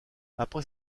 après